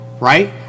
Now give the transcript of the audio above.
right